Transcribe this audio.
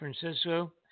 Francisco